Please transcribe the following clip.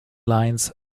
lines